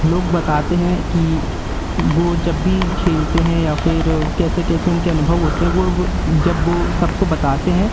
लोग बताते हैं कि वह जब भी खेलते हैं या फिर कैसे कैसे उनके अनुभव होते हैं वा वह जब वह सबको बताते हैं